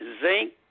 zinc